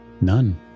None